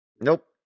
Nope